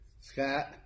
Scott